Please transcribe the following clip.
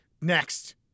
Next